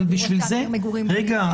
הוא לא יכול להעתיק מגורים --- רגע,